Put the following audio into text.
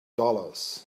dollars